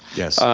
yes.